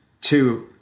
two